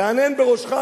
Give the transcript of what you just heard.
תהנהן בראשך,